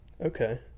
Okay